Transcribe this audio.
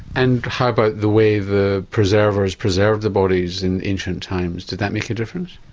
and how about the way the preservers preserve the bodies in ancient time, did that make a difference?